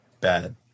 Bad